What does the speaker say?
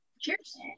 Cheers